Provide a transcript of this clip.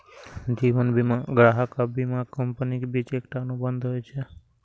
जीवन बीमा ग्राहक आ बीमा कंपनीक बीच एकटा अनुबंध होइ छै